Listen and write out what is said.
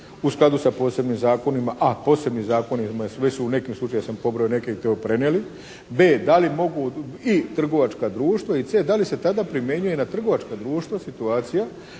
u skladu sa posebnim zakonima, a posebni zakoni imaju svojstva, u nekim slučaju … /Govornik se ne razumije./ … prenijeli, B) da li mogu i trgovačka društva, i C) da li se tada primjenjuje na trgovačka društva situacija